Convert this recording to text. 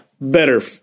better